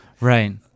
Right